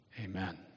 Amen